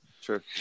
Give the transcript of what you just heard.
sure